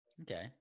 Okay